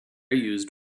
used